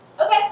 Okay